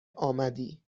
آمدی